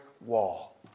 wall